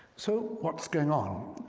so what's going on?